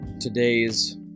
today's